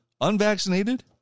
unvaccinated